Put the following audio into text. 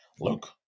Look